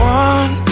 one